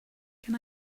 can